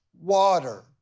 water